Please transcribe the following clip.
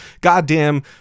goddamn